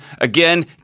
Again